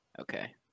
Okay